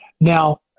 Now